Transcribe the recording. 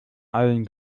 allen